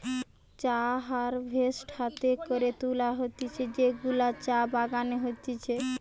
চা হারভেস্ট হাতে করে তুলা হতিছে যেগুলা চা বাগানে হতিছে